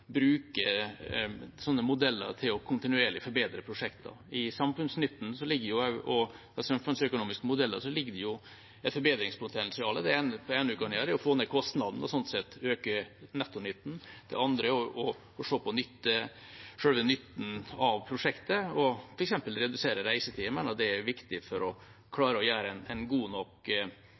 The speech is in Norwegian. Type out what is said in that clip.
bruke slike modeller til kontinuerlig å forbedre prosjektene. I samfunnsøkonomiske modeller ligger det et forbedringspotensial. Det ene man kan gjøre, er å få ned kostnadene og slik sett øke nettonytten, det andre er å se på selve nytten av prosjektet og f.eks. redusere reisetid. Jeg mener det er viktig for å klare å gjøre en god nok